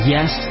Yes